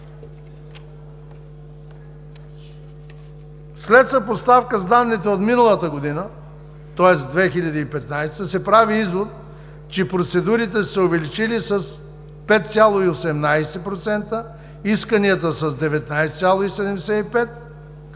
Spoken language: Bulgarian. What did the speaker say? След съпоставка с данните от миналата година се прави извод, че процедурите са се увеличили с 5,18%, исканията - с 19,75%,